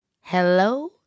Hello